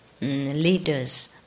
leaders